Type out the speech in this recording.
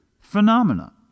phenomena